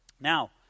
Now